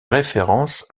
référence